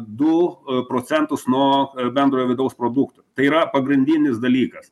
du procentus nuo bendrojo vidaus produkto tai yra pagrindinis dalykas